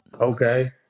Okay